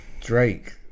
drake